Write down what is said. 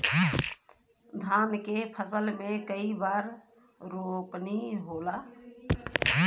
धान के फसल मे कई बार रोपनी होला?